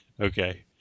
Okay